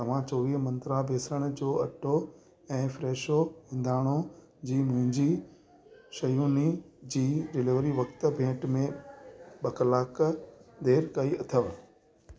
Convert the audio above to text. तव्हां चोवीह मंत्रा बेसण जो अटो ऐं फ्रेशो हिंदाणो जी मुंहिंजी शयुनि जी डिलीवरी वक़्तु भेट में ॿ कलाक देर कई अथव